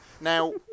Now